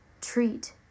treat